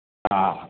ആ